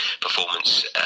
performance